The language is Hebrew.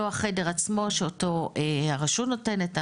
לא החדר עצמו שאותו הרשות נותנת,